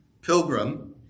Pilgrim